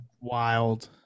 wild